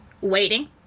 waiting